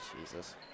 Jesus